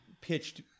pitched